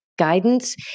guidance